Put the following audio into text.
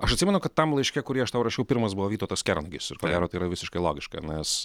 aš atsimenu kad tam laiške kurį aš tau rašiau pirmas buvo vytautas kernagis ir ko gero tai yra visiškai logiška nes